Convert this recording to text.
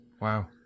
wow